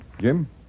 Jim